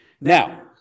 Now